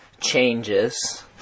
Changes